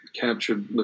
captured